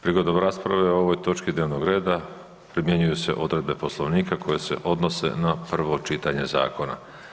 Prigodom rasprave o ovoj točki dnevnog reda primjenjuju se odredbe Poslovnika koje se odnose na prvo čitanje zakona.